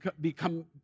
become